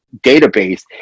database